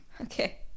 Okay